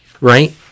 right